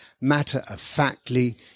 matter-of-factly